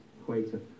equator